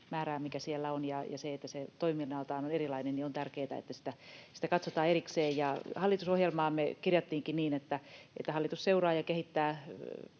mikä siellä on, ja sitä, että se toiminnaltaan on erilainen, niin on tärkeätä, että sitä katsotaan erikseen. Hallitusohjelmaan me kirjattiinkin niin, että hallitus seuraa ja kehittää